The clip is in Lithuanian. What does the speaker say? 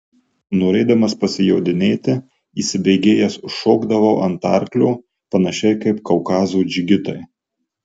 norėdamas pasijodinėti įsibėgėjęs užšokdavau ant arklio panašiai kaip kaukazo džigitai